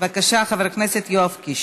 בבקשה, חבר הכנסת יואב קיש.